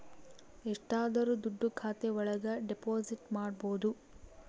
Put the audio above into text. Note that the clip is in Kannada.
ಎಷ್ಟಾದರೂ ದುಡ್ಡು ಖಾತೆ ಒಳಗ ಡೆಪಾಸಿಟ್ ಮಾಡ್ಬೋದು